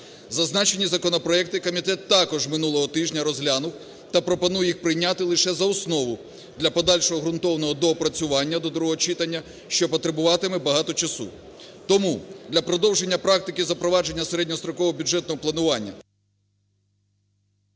Зазначені законопроекти комітет також минулого тижня розглянув та пропонує їх прийняти лише за основу для подальшого ґрунтовного доопрацювання до другого читання, що потребуватиме багато часу. Тому для продовження практики запровадження середньострокового бюджетного планування…